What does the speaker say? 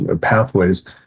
pathways